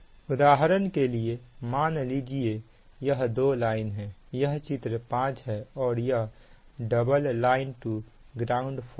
उदाहरण के लिए मान लीजिए यह दो लाइन है यह चित्र 5 है और यह double line to ground fault है